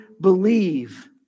believe